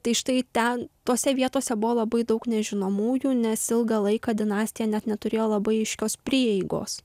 tai štai ten tose vietose buvo labai daug nežinomųjų nes ilgą laiką dinastija net neturėjo labai aiškios prieigos